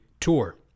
tour